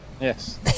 Yes